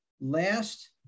last